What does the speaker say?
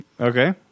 okay